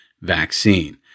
vaccine